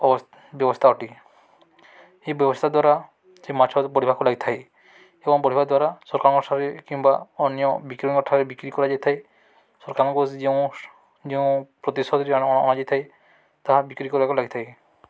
ଅବ ବ୍ୟବସ୍ଥା ଅଟେ ଏହି ବ୍ୟବସ୍ଥା ଦ୍ୱାରା ସେ ମାଛ ବଢ଼ିବାକୁ ଲାଗିଥାଏ ଏବଂ ବଢ଼ିବା ଦ୍ୱାରା ସରକାରଙ୍କଠାରେ କିମ୍ବା ଅନ୍ୟ ବିକ୍ରୟଙ୍କ ଠାରେ ବିକ୍ରି କରାଯାଇଥାଏ ସରକାରଙ୍କ ଯେଉଁ ଯେଉଁ ପ୍ରତିଷ୍ଠାନ ଯାଇଥାଏ ତାହା ବିକ୍ରି କରିବାକୁ ଲାଗିଥାଏ